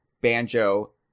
Banjo